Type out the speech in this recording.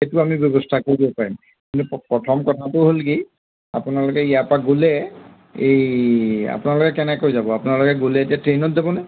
সেইটো আমি ব্যৱস্থা কৰিব পাৰিম কিন্তু প্ৰথম কথাটো হ'ল কি আপোনালোকে ইয়াৰ পৰা গ'লে এই আপোনালোকে কেনেকৈ যাব আপোনালোকে গ'লে এতিয়া ট্ৰেইনত যাবনে